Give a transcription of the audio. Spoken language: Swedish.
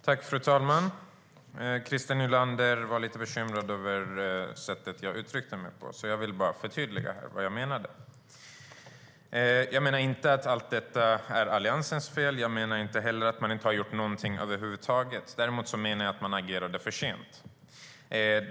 Jag menar inte att allt detta är Alliansens fel. Jag menar inte heller att man inte har gjort någonting över huvud taget. Däremot menar jag att man agerade för sent.